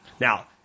Now